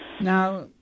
Now